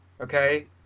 Okay